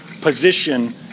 position